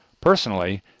Personally